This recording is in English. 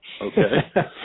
Okay